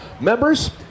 members